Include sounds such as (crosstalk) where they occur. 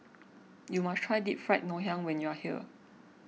(noise) you must try Deep Fried Ngoh Hiang when you are here